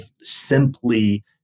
simply